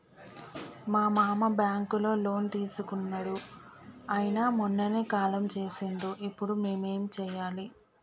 మా మామ బ్యాంక్ లో లోన్ తీసుకున్నడు అయిన మొన్ననే కాలం చేసిండు ఇప్పుడు మేం ఏం చేయాలి?